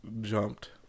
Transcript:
jumped